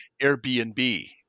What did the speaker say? Airbnb